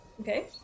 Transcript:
Okay